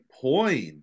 point